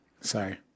sorry